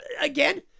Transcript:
again